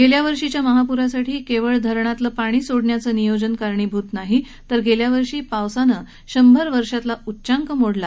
गेल्या वर्षीच्या महाप्रासाठी केवळ धरणातलं पाणी सोडण्याचं नियोजन कारणीभूत नाही तर गेल्यावर्षी पावसानं शंभर वर्षातील उच्चांक मोडला